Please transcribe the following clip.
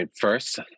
first